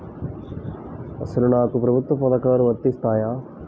అసలు నాకు ప్రభుత్వ పథకాలు వర్తిస్తాయా?